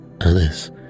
Alice